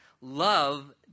love